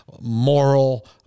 moral